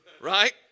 Right